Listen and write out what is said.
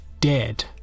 dead